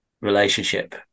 relationship